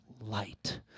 light